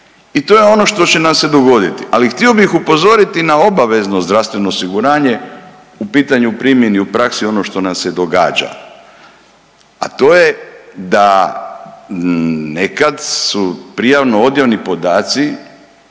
I to je ono što će nam se dogoditi. Ali htio bih upozoriti na obavezno zdravstveno osiguranje u pitanju u primjeni u praksi ono što nam se događa, a to je da nekad su prijavno odjavni podaci